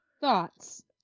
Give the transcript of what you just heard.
thoughts